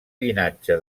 llinatge